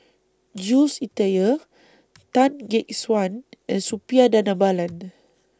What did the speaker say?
Jules Itier Tan Gek Suan and Suppiah Dhanabalan